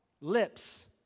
lips